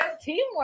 Teamwork